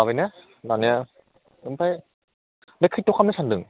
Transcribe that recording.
लाबायना लानाया ओमफ्राय खैथायाव खालामनो सान्दों